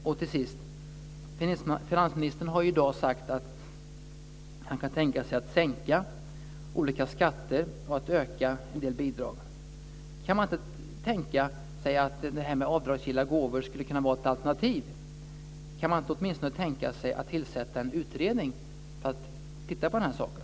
För det tredje: Finansministern har ju i dag sagt att han kan tänka sig att sänka olika skatter och att öka en del bidrag. Kan man inte tänka sig att avdragsgilla gåvor skulle kunna vara ett alternativ? Kan man åtminstone inte tänka sig att tillsätta en utredning för att titta på den här saken?